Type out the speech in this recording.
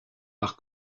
par